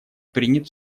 принят